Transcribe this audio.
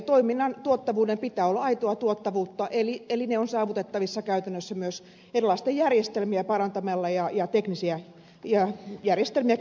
toiminnan tuottavuuden pitää olla aitoa tuottavuutta eli tavoitteet ovat saavutettavissa käytännössä myös erilaisia järjestelmiä parantamalla ja teknisiä järjestelmiä käyttöön ottamalla